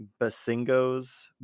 basingos